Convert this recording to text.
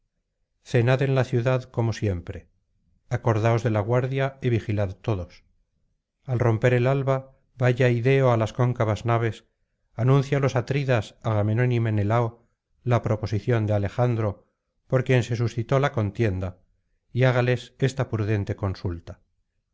cenad en la ciudad como siempre acordaos de la guardia y vigilad todos al romper el alba vaya ideo á las cóncavas naves anuncie á los atridas agamenón y menelao la proposición de alejandro por quien se suscitó la contienda y hágales esta prudente consulta